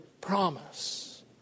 promise